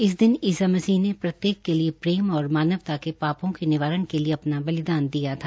इस दिन ईसा मसीह ने प्रत्येक के लिए प्रेम और मानवता के पार्पो के निवारण के लिए अपना बलिदान दिया था